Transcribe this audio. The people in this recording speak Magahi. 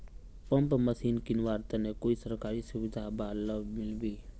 पंप मशीन किनवार तने कोई सरकारी सुविधा बा लव मिल्बी?